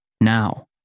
Now